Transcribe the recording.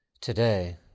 today